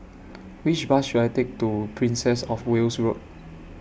Which Bus should I Take to Princess of Wales Road